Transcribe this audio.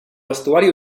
vestuari